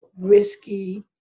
risky